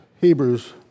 Hebrews